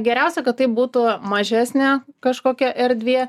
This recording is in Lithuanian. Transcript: geriausia kad tai būtų mažesnė kažkokia erdvė